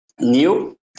new